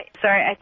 Sorry